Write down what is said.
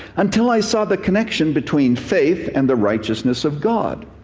until i saw the connection between faith and the righteousness of god.